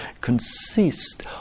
consist